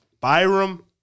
Byram